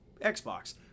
Xbox